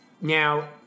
now